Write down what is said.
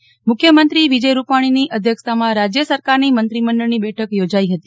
આજે મુખ્યમંત્રી વિજય રૂપાજીની અધ્યક્ષતામાં રાજ્ય સરકારની મંત્રીમંડળની બેઠક યોજાઈ હતી